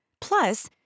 Plus